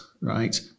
right